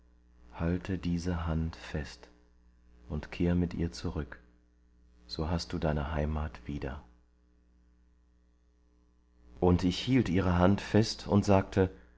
halte diese hand fest und kehr mit ihr zurück so hast du deine heimat wieder und ich hielt die hand fest und sagte